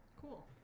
Cool